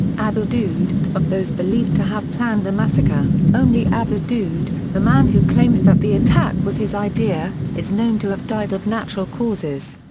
abu daoud of those believed to have planned the massacre, only abu daoud, the man who claims that the attack was his idea, is known to have died of natural causes.